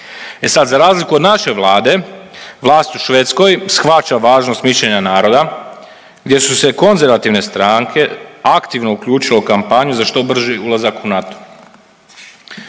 za razliku od naše Vlade, vlast u Švedskoj shvaća važnost mišljenja naroda gdje su se konzervativne stranke aktivno uključile u kampanju za što brži ulazak u NATO,